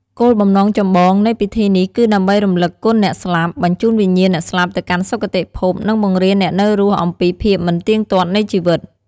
គោលបំណងចម្បងនៃពិធីនេះគឺដើម្បីរំលឹកគុណអ្នកស្លាប់ បញ្ជូនវិញ្ញាណអ្នកស្លាប់ទៅកាន់សុគតិភព និងបង្រៀនអ្នកនៅរស់អំពីភាពមិនទៀងទាត់នៃជីវិត។